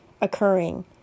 occurring